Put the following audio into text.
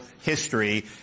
history